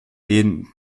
den